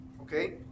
okay